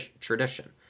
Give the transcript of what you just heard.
tradition